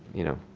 you know,